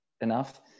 enough